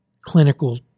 clinical